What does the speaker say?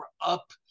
up